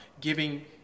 giving